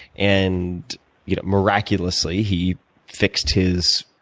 and you know miraculously, he fixed his